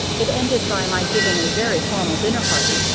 it ended by my giving a very formal dinner party,